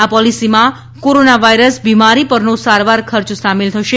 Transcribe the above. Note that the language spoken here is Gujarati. આ પોલીસીમાં કોરોના વાયરસ બિમારી પરનો સારવાર ખર્ચ સામેલ થશે